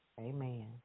Amen